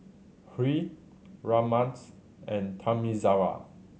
Hri Ramnath and Thamizhavel